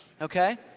okay